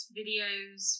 videos